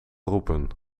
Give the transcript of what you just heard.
roepen